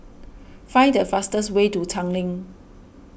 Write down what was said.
find the fastest way to Tanglin